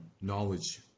knowledge